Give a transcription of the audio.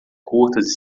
curtas